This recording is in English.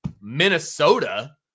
Minnesota